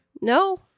no